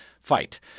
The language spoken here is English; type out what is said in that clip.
fight